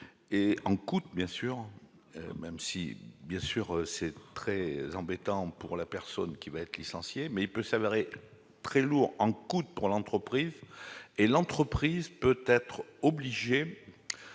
et en coûte bien sûr, même si bien sûr c'est très embêtant pour la personne qui va être licencié, mais peut s'avérer très lourd en coûte pour l'entreprise et l'entreprise peut-être obligés